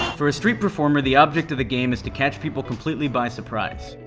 um for a street performer, the object of the game is to catch people completely by surprise.